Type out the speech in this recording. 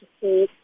see